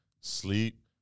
sleep